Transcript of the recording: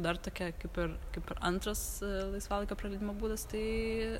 dar tokia kaip ir kaip ir antras laisvalaikio praleidimo būdas tai